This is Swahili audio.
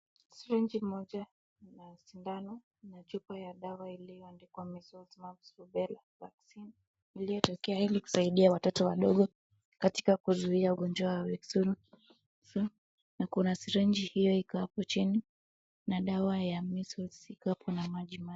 Siringi moja na sindano na chupa ya dawa iliyoandikwa Measles, Mumps, Rubella vaccine iliyotokea ili kusaidia watoto wadogo katika kuzuia ugonjwa wa kisununu na kuna siringi hiyo iko hapo chini na dawa ya Measles iko hapo na maji.